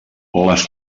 les